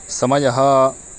समयः